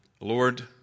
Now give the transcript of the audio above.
Lord